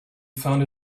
found